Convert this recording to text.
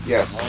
Yes